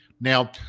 Now